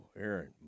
Aaron